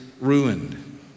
ruined